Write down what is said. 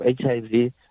HIV